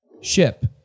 Ship